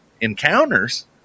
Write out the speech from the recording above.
encounters